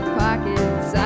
pockets